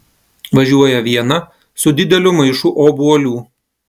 važiuoja viena su dideliu maišu obuolių